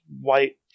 white